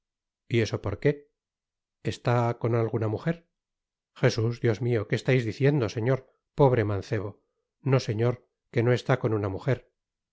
y eso porqué es'á con alguna mujer f jesus dios mio que estais diciendo señor pobre mancebo t no señor que no está con una mujer